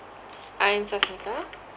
I'm jacintha uh